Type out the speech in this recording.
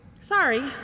Sorry